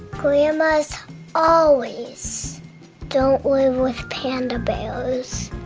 grandmas always don't live with panda bears.